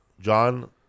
John